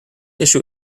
issue